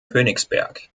königsberg